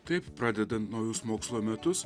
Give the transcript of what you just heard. taip pradedant naujus mokslo metus